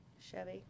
Chevy